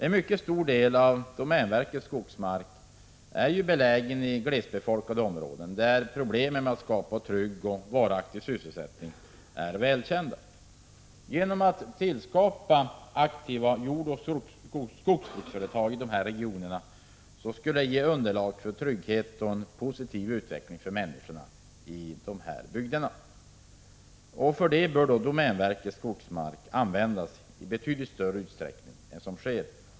En mycket stor del av domänverkets skogsmark är belägen i glesbefolkade områden, där problemen med att skapa trygg och varaktig sysselsättning är 79 välkända. Att skapa aktiva jordoch skogsbruksföretag i de regionerna skulle ge ett underlag för trygghet och positiv utveckling för människorna i dessa bygder. För detta bör domänverkets skogsmark användas i betydligt större utsträckning än som sker.